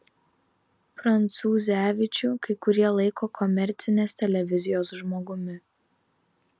prancūzevičių kai kurie laiko komercinės televizijos žmogumi